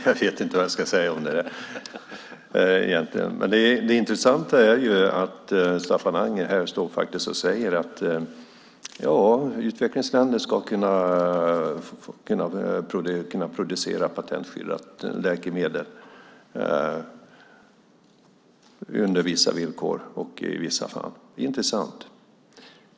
Herr talman! Det är intressant att Staffan Anger säger att utvecklingsländer ska kunna producera patentskyddade läkemedel under vissa villkor och i vissa fall.